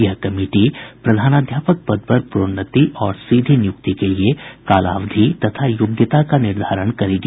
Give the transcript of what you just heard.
यह कमिटी प्रधानाध्यापक पद पर प्रोन्नति और सीधी नियुक्ति के लिए कालावधि तथा योग्यता का निर्धारण करेगी